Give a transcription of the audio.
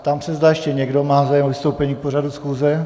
Ptám se, zda ještě někdo má zájem o vystoupení k pořadu schůze.